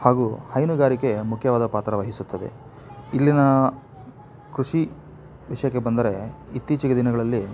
ಹಾಗೂ ಹೈನುಗಾರಿಕೆ ಮುಖ್ಯವಾದ ಪಾತ್ರವಹಿಸುತ್ತದೆ ಇಲ್ಲಿಯ ಕೃಷಿ ವಿಷಯಕ್ಕೆ ಬಂದರೆ ಇತ್ತೀಚಿಗೆ ದಿನಗಳಲ್ಲಿ